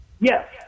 Yes